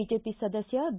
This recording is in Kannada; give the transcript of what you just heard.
ಬಿಜೆಪಿ ಸದಸ್ಯ ಬಿ